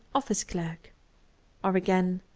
office clerk or again,